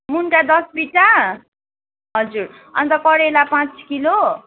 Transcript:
मुन्टा दस बिटा हजुर अन्त करेला पाँच किलो